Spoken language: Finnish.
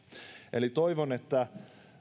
eli toivon että